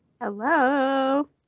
Hello